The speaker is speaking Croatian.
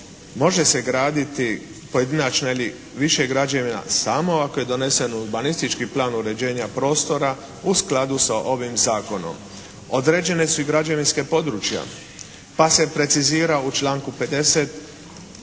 može se graditi pojedinačna ili više građevina samo ako je donesen urbanistički plan uređenja prostora u skladu sa ovim zakonom. Određene su i građevinska područja, pa se precizira u članku 50.